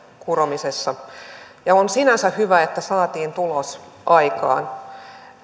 kuromisessa on sinänsä hyvä että saatiin tulos aikaan